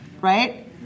Right